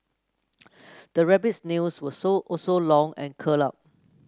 the rabbit's nails were so also long and curled up